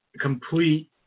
complete